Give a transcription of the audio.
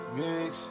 mix